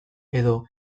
edo